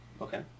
Okay